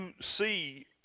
see